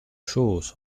chose